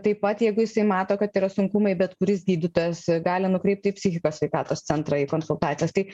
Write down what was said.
taip pat jeigu jisai mato kad yra sunkumai bet kuris gydytojas gali nukreipt į psichikos sveikatos centrą į konsultacijas tai